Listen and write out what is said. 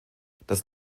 das